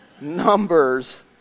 Numbers